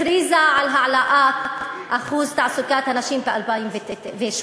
הכריזה על העלאת אחוז תעסוקת הנשים ב-2008.